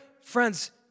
Friends